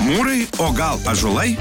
mūrai o gal ąžuolai